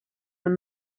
man